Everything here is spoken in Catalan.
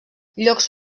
llocs